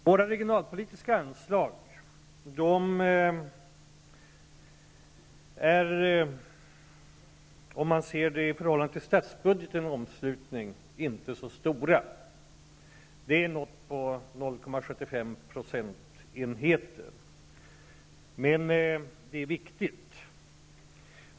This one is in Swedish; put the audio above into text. Våra regionalpolitiska anslag är, om man ser dem i förhållande till statsbudgetens omslutning, inte så stora, någonting på 0,75 procentenheter, men det är viktiga anslag.